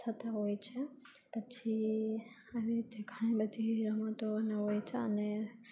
થતા હોય છે પછી આવી રીતે ઘણી બધી રમતો ને હોય છે અને